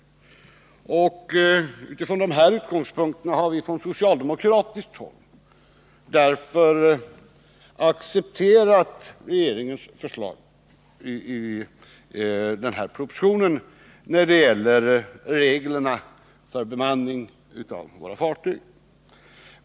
Utifrån de utgångspunkterna har vi från socialdemokratiskt håll därför accepterat regeringens förslag i propositionen när det gäller reglerna för bemanning av våra fartyg.